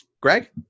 Greg